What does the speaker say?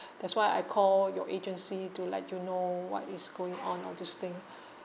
that's why I call your agency to let you know what is going on all this thing